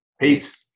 peace